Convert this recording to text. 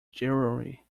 jewellery